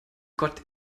gott